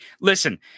Listen